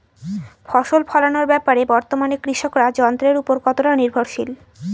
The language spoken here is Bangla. ফসল ফলানোর ব্যাপারে বর্তমানে কৃষকরা যন্ত্রের উপর কতটা নির্ভরশীল?